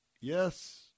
yes